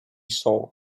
saw